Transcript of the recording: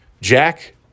jack